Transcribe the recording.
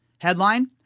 Headline